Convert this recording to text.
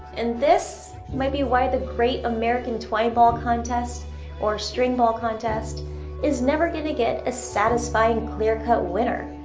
and this might be why the great american twine ball contest or string ball contest is never going to get a satisfying clearcut winner,